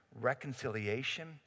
Reconciliation